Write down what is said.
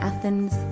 Athens